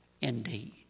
indeed